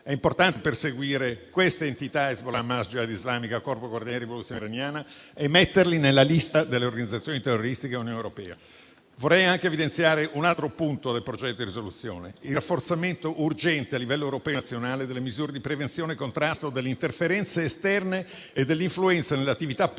È importante perseguire queste entità (Hezbollah, Hamas, Jihad islamica, Corpo delle guardie della rivoluzione islamica) e metterle nella lista delle organizzazioni terroristiche dell'Unione europea. Vorrei evidenziare un altro punto della proposta di risoluzione: il rafforzamento urgente, a livello europeo e nazionale, delle misure di prevenzione e contrasto delle interferenze esterne e dell'influenza nell'attività politica